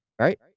right